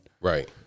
Right